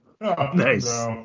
Nice